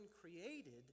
created